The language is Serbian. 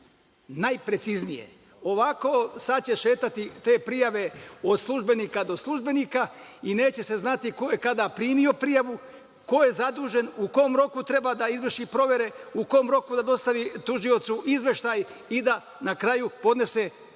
najpreciznije. Ovako, sada će šetati te prijave od službenika do službenika i neće se znati ko je kada primio prijavu, ko je zadužen, u kom roku treba da izvrši provere, u kom roku da dostavi tužiocu izveštaj i da na kraju podnese povratnu